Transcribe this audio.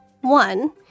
One